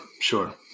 sure